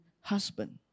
husband